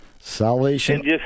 Salvation